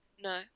No